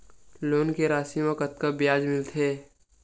Loan के राशि मा कतका ब्याज मिलथे?